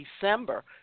December